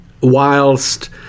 whilst